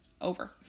over